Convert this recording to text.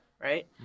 right